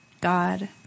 God